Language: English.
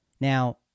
Now